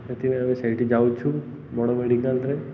ସେଥିପାଇଁ ଆମେ ସେଇଠି ଯାଉଛୁ ବଡ଼ ମେଡ଼ିକାଲ୍ରେ